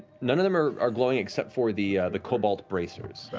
none of them are are glowing except for the the cobalt bracers.